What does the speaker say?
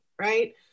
right